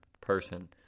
person